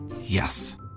Yes